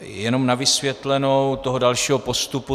Jenom na vysvětlenou toho dalšího postupu.